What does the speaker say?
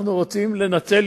החלטנו ללכת לפי סדר